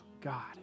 God